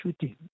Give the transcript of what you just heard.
shooting